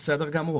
וזה בסדר גמור.